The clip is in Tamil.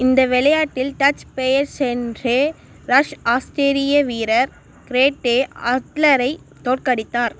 இந்த வெளையாட்டில் டச் பெயசென்ஹெ ரஸ் ஆஸ்திரேலிய வீரர் க்ரேட்டே அட்லரை தோற்கடித்தார்